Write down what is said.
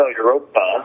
Europa